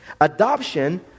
Adoption